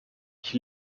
ich